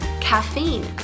caffeine